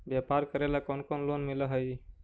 व्यापार करेला कौन कौन लोन मिल हइ?